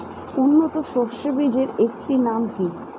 উন্নত সরষে বীজের একটি নাম কি?